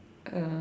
uh